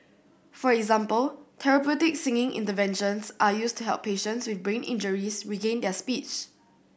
for example therapeutic singing interventions are used to help patients with brain injuries regain their speech